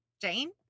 Jane